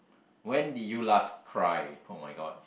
when did you last cry [oh]-my-god